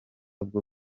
bwo